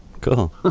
Cool